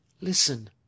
Listen